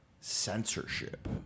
censorship